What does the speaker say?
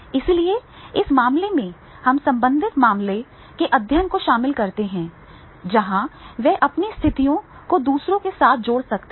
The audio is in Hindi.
इसलिए इस मामले में हम संबंधित मामले के अध्ययन को शामिल करते हैं जहां वे अपनी स्थितियों को दूसरों के साथ जोड़ सकते हैं